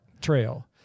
Trail